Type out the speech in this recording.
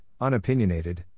unopinionated